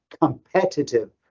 competitive